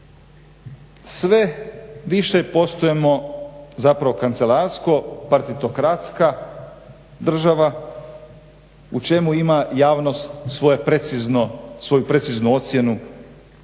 Sve više postajemo zapravo kancelarsko-partitokratska država u čemu ima javnost svoju preciznu ocjenu,